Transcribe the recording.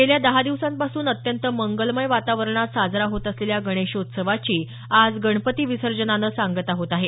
गेल्या दहा दिवसांपासून अत्यंत मंगलमय वातावरणात साजरा होत असलेल्या गणेशोत्सवाची आज गणपती विसर्जनानं सांगता होत आहे